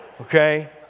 Okay